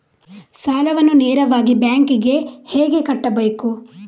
ಸಾಲವನ್ನು ನೇರವಾಗಿ ಬ್ಯಾಂಕ್ ಗೆ ಹೇಗೆ ಕಟ್ಟಬೇಕು?